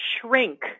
shrink